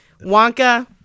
Wonka